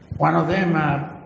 one of them